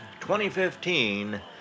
2015